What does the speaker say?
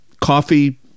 coffee